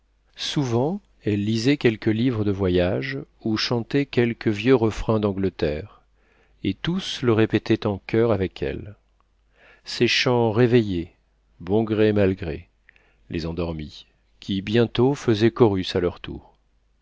souvent elle lisait quelque livre de voyage ou chantait quelque vieux refrain d'angleterre et tous le répétaient en choeur avec elle ces chants réveillaient bon gré mal gré les endormis qui bientôt faisaient chorus à leur tour